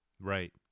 Right